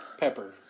Pepper